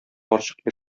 карчык